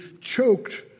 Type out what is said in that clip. choked